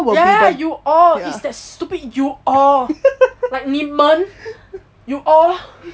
ya you all it's that stupid you all like 你们 you all